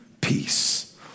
Peace